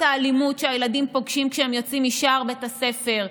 האלימות שהילדים פוגשים כשהם יוצאים משער בית הספר,